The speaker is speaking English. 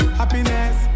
happiness